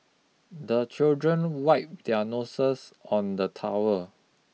the children wipe their noses on the towel